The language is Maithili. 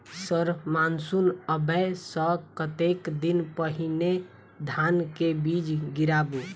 सर मानसून आबै सऽ कतेक दिन पहिने धान केँ बीज गिराबू?